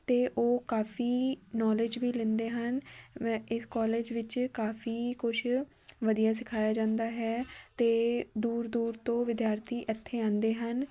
ਅਤੇ ਉਹ ਕਾਫੀ ਨੋਲੇਜ ਵੀ ਲੈਂਦੇ ਹਨ ਇਸ ਕੋਲੇਜ ਵਿੱਚ ਕਾਫੀ ਕੁਛ ਵਧੀਆ ਸਿਖਾਇਆ ਜਾਂਦਾ ਹੈ ਅਤੇ ਦੂਰ ਦੂਰ ਤੋਂ ਵਿਦਿਆਰਥੀ ਇੱਥੇ ਆਉਂਦੇ ਹਨ